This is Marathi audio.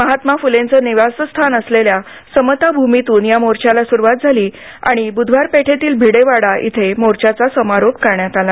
महात्मा फुलेंचं निवासस्थान असलेल्या समताभूमीतून या मोर्चाला सुरुवात झाली आणि बुधवार पेठेतील भिडेवाडा इथे मोर्चाचा समारोप करण्यात आला